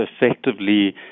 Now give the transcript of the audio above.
effectively